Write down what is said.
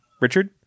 Richard